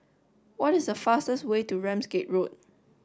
what is the fastest way to Ramsgate Road